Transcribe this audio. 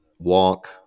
Walk